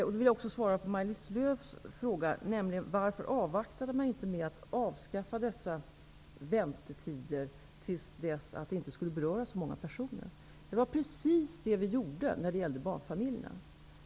Då vill jag också svara på Maj-Lis Lööws fråga om varför vi inte avvaktade med att avskaffa dessa väntetider till dess att det inte skulle beröra så många personer. Det var precis det vi gjorde när det gällde barnfamiljer.